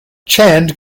chand